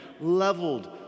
leveled